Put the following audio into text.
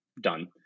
Done